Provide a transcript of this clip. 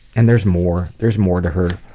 and there's more. there's more to her